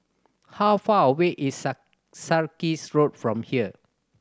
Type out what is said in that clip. how far away is Sarkies Road from here